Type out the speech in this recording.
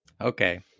Okay